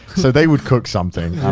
so they would cook something.